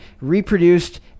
reproduced